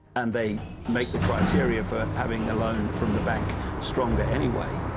and they make the criteria for having a loan from the bank stronger anyway.